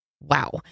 Wow